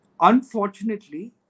Unfortunately